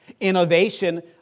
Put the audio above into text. Innovation